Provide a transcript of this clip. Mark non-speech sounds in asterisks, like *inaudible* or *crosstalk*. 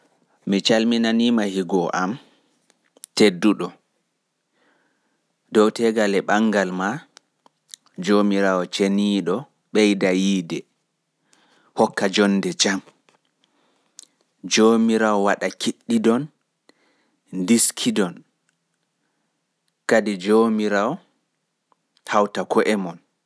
*unintelligible* Mi calminiima higo am dow teegal e ɓanngal ma. Jomirawoceniiɗo ɓeida yiide, hokka jonnde jam. Jomirawo waɗa kiɗɗidon, ndiskidon kadi hauta ko'e mon.